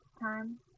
time